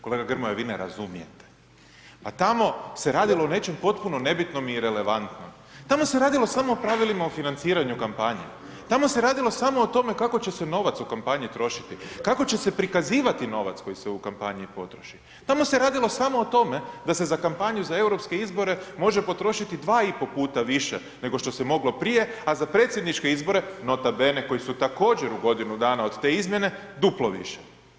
Kolega Grmoja, vi ne razumijete, pa tamo se radilo o nečem potpuno nebitnom i relevantnom, tamo se radilo samo o pravilima o financiranju kampanja, tamo se radilo samo o tome kako će se novac u kampanji trošiti, kako će se prikazivati novac koji se u kampanji potroši, tamo se rad samo o tome da se za kampanju za Europske izbore može potrošiti 2,5 puta više nego što se moglo prije, a za predsjedniče izbore, nota bene koji su također u godinu dana od te izmjene, duplo više.